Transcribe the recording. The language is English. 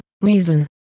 reason